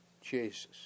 Jesus